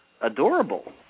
adorable